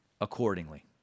accordingly